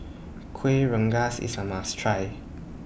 Kueh Rengas IS A must Try